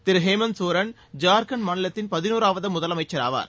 திரு ஹேமந்த் சோரன் ஜார்க்கண்ட் மாநிலத்தின் பதினோராவது முதலமைச்சராவார்